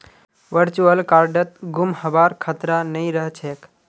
virtual कार्डत गुम हबार खतरा नइ रह छेक